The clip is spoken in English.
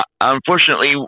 unfortunately